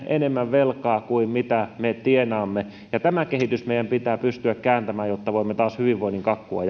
enemmän velkaa kuin me tienaamme tämä kehitys meidän pitää pystyä kääntämään jotta voimme taas hyvinvoinnin kakkua